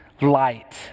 light